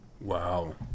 Wow